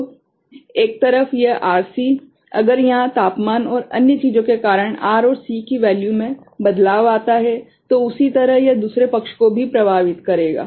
तो एक तरफ यह RC अगर यहाँ तापमान और अन्य चीजों के कारण R और C की वैल्यू मे बदलाव आता हैं तो उसी तरह यह दूसरे पक्ष को भी प्रभावित करेगा